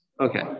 Okay